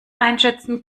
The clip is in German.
einschätzen